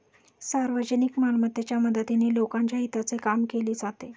सार्वजनिक मालमत्तेच्या मदतीने लोकांच्या हिताचे काम केले जाते